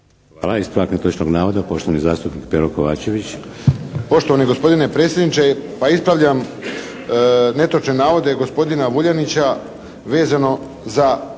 pa ispravljam netočne navode gospodina Vuljanića vezano za